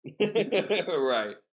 Right